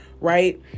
right